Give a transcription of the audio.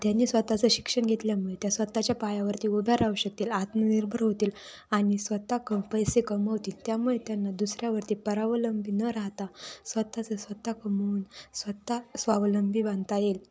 त्यांनी स्वत चं शिक्षण घेतल्यामुळे त्या स्वतःच्या पायावरती उभ्या राहू शकतील आत्मनिर्भर होतील आणि स्वतः क पैसे कमावतील त्यामुळे त्यांना दुसऱ्यावरती परावलंबी न राहता स्वत चं स्वत कमावून स्वत स्वावलंबी बनता येईल